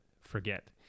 forget